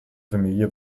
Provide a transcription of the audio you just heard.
familie